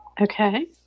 Okay